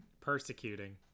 persecuting